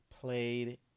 played